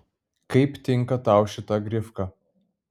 kaip tinka tau šita grifka